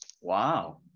wow